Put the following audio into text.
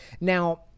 Now